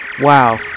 wow